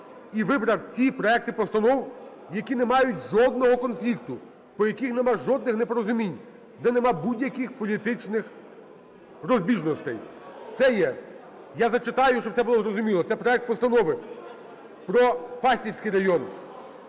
і вибрав ті проекти постанов, які не мають жодного конфлікту, по яких нема жодних непорозумінь, де нема будь-яких політичних розбіжностей. Це є (я зачитаю, щоб це було зрозуміло), це проект постанови про Фастівський район,